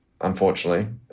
unfortunately